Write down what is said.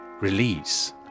release